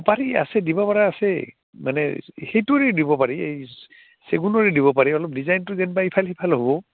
পাৰি আছে দিব পাৰ আছে মানে সেইটোৰে দিব পাৰি এই চেগুনৰৰে দিব পাৰি অলপ ডিজাইনটো যেনিবা ইফাল সিফাল হ'ব